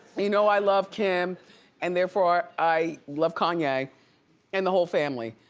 you know i love kim and therefore, i love kanye and the whole family,